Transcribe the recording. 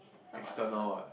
some other stuff